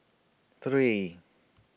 three